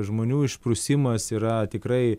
žmonių išprusimas yra tikrai